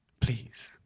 please